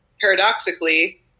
paradoxically